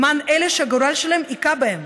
למען אלה שהגורל שלהם הכה בהם,